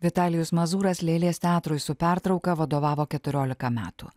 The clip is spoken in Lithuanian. vitalijus mazūras lėlės teatrui su pertrauka vadovavo keturiolika metų